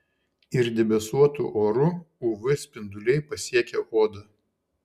ir debesuotu oru uv spinduliai pasiekia odą